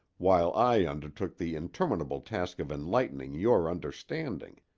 while i undertook the interminable task of enlightening your understanding.